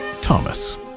Thomas